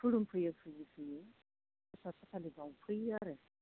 खुलुम फैयो फुजि फैयो प्रसाद फसालि बावफैयो आरो